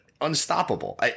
Unstoppable